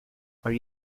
are